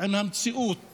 עם המציאות